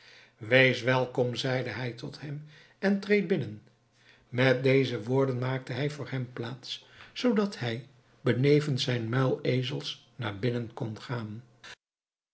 wees welkom zeide hij tot hem en treed binnen met deze woorden maakte hij voor hem plaats zoodat hij benevens zijn muilezels naar binnen kon gaan